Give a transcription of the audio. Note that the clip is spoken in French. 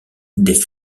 des